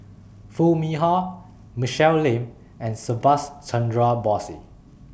Foo Mee Har Michelle Lim and Subhas Chandra Bose